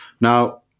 Now